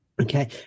Okay